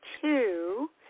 two